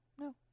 no